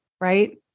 right